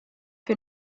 für